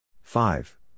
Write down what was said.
Five